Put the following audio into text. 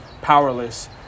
powerless